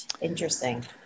Interesting